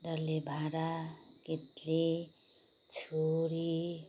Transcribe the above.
डल्ले भाँडा कित्ली छुरी